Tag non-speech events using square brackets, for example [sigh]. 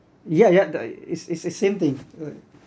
yeah yeah the is is is same thing [noise]